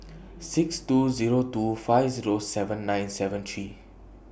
six two Zero two five Zero seven nine seven three